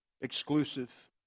Exclusive